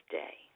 day